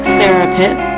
therapist